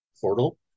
portal